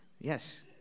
Yes